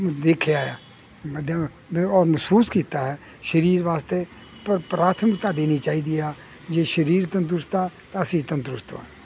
ਦੇਖਿਆ ਆ ਔਰ ਮਹਿਸੂਸ ਕੀਤਾ ਹੈ ਸਰੀਰ ਵਾਸਤੇ ਪਰ ਪ੍ਰਾਥਮਿਕਤਾ ਦੇਣੀ ਚਾਹੀਦੀ ਆ ਜੇ ਸਰੀਰ ਤੰਦਰੁਸਤ ਆ ਤਾਂ ਅਸੀਂ ਤੰਦਰੁਸਤ ਰਹਾਂਗੇ